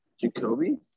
Jacoby